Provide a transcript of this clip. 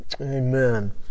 amen